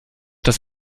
das